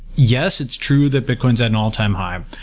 yes, it's true that bitcoin's had an all time high,